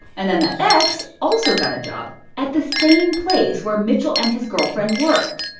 and then that ex also got a job at the same place where mitchell and his girlfriend worked.